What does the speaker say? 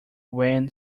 when